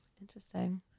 Interesting